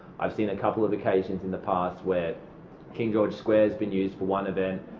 i've seen a couple of occasions in the past where king george square has been used for one event,